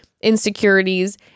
insecurities